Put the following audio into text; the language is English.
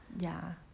ya